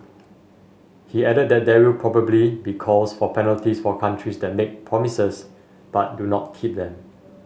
he added that there will probably be calls for penalties for countries that make promises but do not keep them